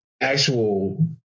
actual